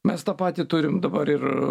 mes tą patį turim dabar ir